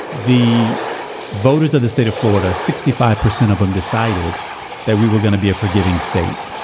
the voters of the state of florida, sixty five percent of them decided that we were gonna be a forgiving state,